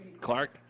Clark